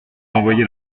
envoyait